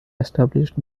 established